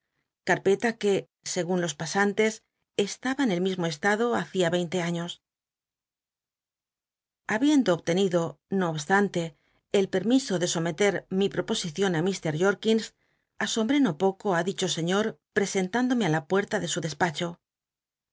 carpeta que cgun los pasantes estaba en el mismo estado hacia veinte años habiendo obtenido no obstante el permiso de someter mi proposieion ti llr jorkins asomhré no poco á dicho señor l'esentündome la pucrta de su despacho